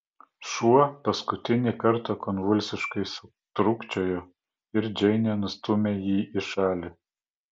šuo paskutinį kartą konvulsiškai sutrūkčiojo ir džeinė nustūmė jį į šalį